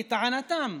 לטענתם,